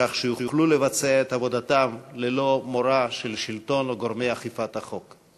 כך שיוכלו לבצע את עבודתם ללא מורא של שלטון או גורמי אכיפת החוק.